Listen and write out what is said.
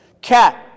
Cat